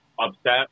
upset